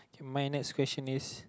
my next question is